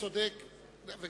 יש הצמדה של ההצעות.